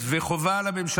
וחובה על הממשלה,